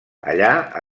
allà